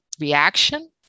reaction